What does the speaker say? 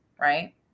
right